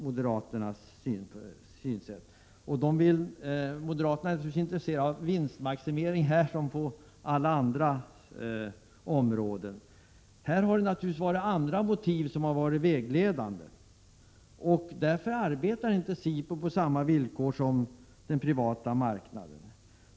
Moderaterna är naturligtvis intresserade av vinstmaximering här liksom på alla områden. I detta fall har givetvis andra motiv varit vägledande. Därför arbetar SIPU inte på samma villkor som den privata marknaden.